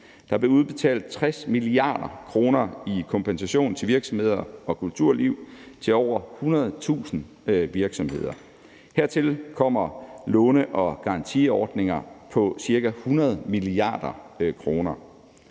Der blev udbetalt 60 mia. kr. i kompensation til virksomheder og kulturliv til over 100.000 virksomheder. Hertil kommer låne- og garantiordninger på ca. 100 mia. kr.